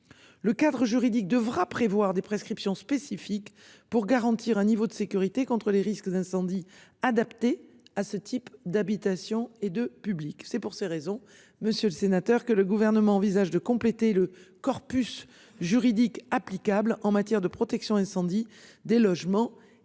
Le cadre juridique devra prévoir des prescriptions spécifiques pour garantir un niveau de sécurité contre les risques d'incendie adapté à ce type d'habitations et de public. C'est pour ces raisons. Monsieur le sénateur que le gouvernement envisage de compléter le corpus juridique applicable en matière de protection incendie des logements et tout